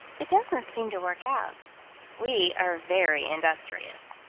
it doesn't seem to work out we are very industrious.